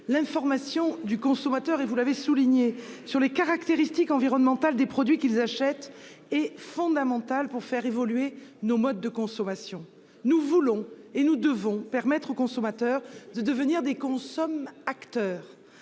L'information du consommateur sur les caractéristiques environnementales des produits est fondamentale pour faire évoluer nos modes de consommation. Nous voulons et nous devons permettre aux consommateurs de devenir des « consom'acteurs